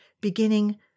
beginning